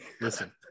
Listen